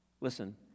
listen